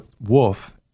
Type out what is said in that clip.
Wolf